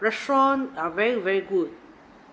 restaurant are very very good